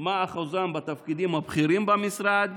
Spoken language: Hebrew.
2. מה אחוזם בתפקידים הבכירים במשרד?